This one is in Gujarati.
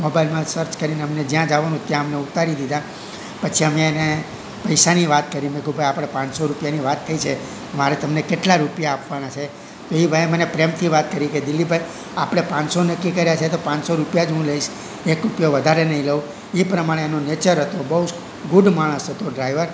મોબાઇલમાં સર્ચ કરીને અમને જ્યાં જવાનું હતુ ત્યાં અમને ઉતારી દીધા પછી અમે એને પૈસાની વાત કરી મેં કીધું ભાઈ આપણે પાંચસો રૂપિયાની વાત થઈ છે મારે તમને કેટલા રૂપિયા આપવાના છે તો એ ભાઈએ મને પ્રેમથી વાત કરી કે દિલીપ ભાઈ આપણે પાંચસો નક્કી કર્યા છે તો પાંચસો રૂપિયા જ હું લઇશ એક રૂપિયો વધારે નહીં લઉં એ પ્રમાણે એનો નેચર હતો બહુ ગુડ માણસ હતો ડ્રાઈવર